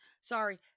sorry